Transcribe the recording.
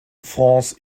france